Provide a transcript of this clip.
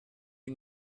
you